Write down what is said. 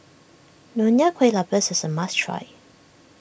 Nonya Kueh Lapis is a must try